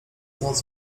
noc